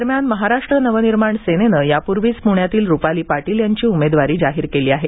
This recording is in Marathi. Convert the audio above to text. दरम्यान महाराष्ट्र नवनिर्माण सेनेनं यापूर्वीच प्ण्यातील रुपाली पाटील यांची उमेदवारी जाहीर केली आहे